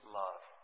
love